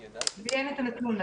לי אין את הנתון.